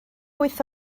wyth